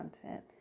content